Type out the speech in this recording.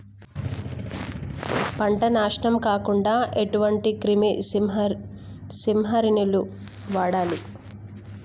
పంట నాశనం కాకుండా ఎటువంటి క్రిమి సంహారిణిలు వాడాలి?